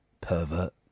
pervert